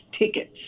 tickets